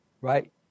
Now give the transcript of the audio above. right